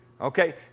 Okay